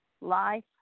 life